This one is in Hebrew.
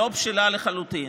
לא בשלה לחלוטין.